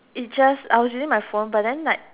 it just I was using my phone but then like